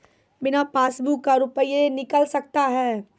बिना पासबुक का रुपये निकल सकता हैं?